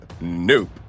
nope